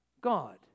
God